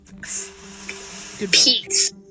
Peace